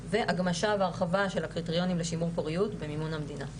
והגמשה והרחבה של הקריטריונים לשימור פוריות במימון המדינה.